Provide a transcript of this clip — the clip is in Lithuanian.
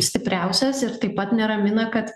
stipriausias ir taip pat neramina kad